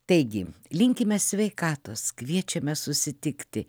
taigi linkime sveikatos kviečiame susitikti